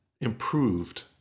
improved